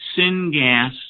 syngas